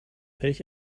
welch